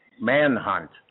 manhunt